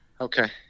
Okay